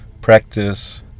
practice